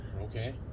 Okay